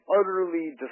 utterly